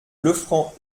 lefranc